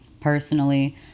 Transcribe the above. Personally